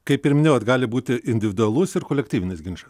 kaip ir minėjot gali būti individualus ir kolektyvinis ginčas